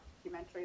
documentary